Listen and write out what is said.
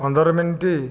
ପନ୍ଦର ମିନିଟ